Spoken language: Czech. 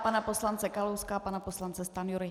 Pana poslance Kalouska a pana poslance Stanjury.